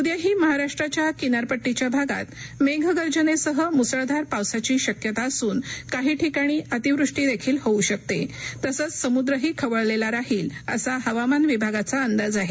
उद्याही महाराष्ट्राच्या किनार पट्टीच्या भागात मेघ गर्जनेसह मुसळधार पावसाची शक्यता असून काही ठिकाणी अतिवृष्टी देखील होऊ शकते तसंच समुद्रही खवळलेला राहील असा हवामान विभागाचा अंदाज आहे